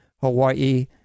hawaii